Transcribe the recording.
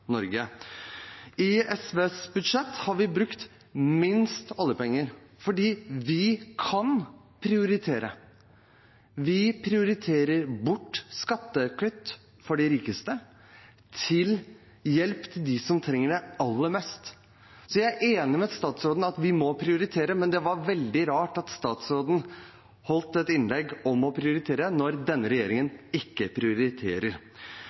har i sitt budsjett brukt minst oljepenger, for vi kan prioritere. Vi prioriterer bort skattekutt til de rikeste og gir hjelp til dem som trenger det aller mest. Så jeg er enig med statsråden i at vi må prioritere, men det var veldig rart at statsråden holdt et innlegg om å prioritere når denne regjeringen ikke prioriterer.